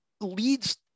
leads